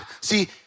See